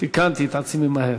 תיקנתי את עצמי מהר.